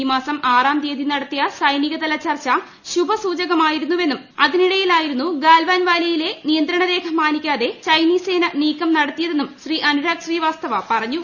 ഈ മാസം ആറാം തീയതി നടത്തിയ സൈനികതല ചർച്ച ശുഭസൂചകമായിരുന്നുവെന്നും അതിനിടയിലായിരുന്നു ഗാൽവാൻവാലിയിലെ നിയന്ത്രണ രേഖ മാനിക്കാതെ ചൈനീസ് സേന നീക്കം നടത്തിയെന്നും അനുരാഗ് ശ്രീവാസ്തവ പറഞ്ഞു